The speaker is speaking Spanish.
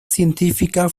científica